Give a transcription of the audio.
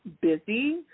busy